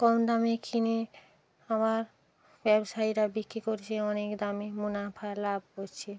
কম দামে কিনে আবার ব্যবসায়ীরা বিক্রি করছে অনেক দামে মুনাফা লাভ করছে